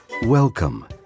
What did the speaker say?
Welcome